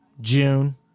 June